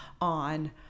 on